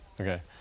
Okay